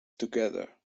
together